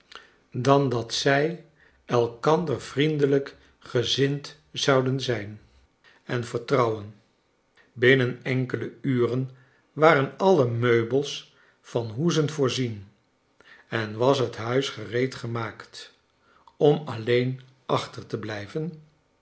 dan dat zij elkander vriendelijk gezind zouden zijn en vertrouwen binnen enkele uren waren alle meubels van hoezen voorzien en was het huis gereedgemaakt om alleen achter te blijven